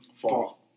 Fall